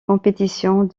compétitions